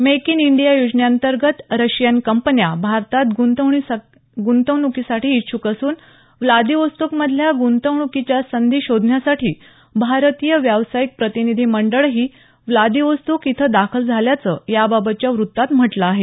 make in India योजने अंतर्गत Russian कंपन्या भारतात गुंतवणुकीसाठी इच्छुक असुन व्लादिवोस्तोकमधल्या गुंतवणुकीच्या संधी शोधण्यासाठी भारतीय व्यावसायिक प्रतिनिधी मंडळही व्लादिवोस्तोक इथं दाखल झाल्याचं याबाबतच्या वृत्तात म्हटलं आहे